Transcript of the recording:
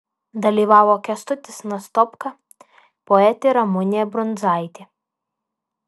dalyvavo kęstutis nastopka poetė ramunė brundzaitė